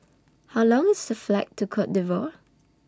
How Long IS The Flight to Cote D'Ivoire